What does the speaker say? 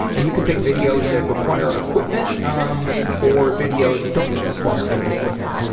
and you can pick videos that require equipment um or videos that don't require any equipment.